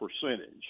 percentage